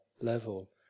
level